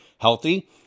healthy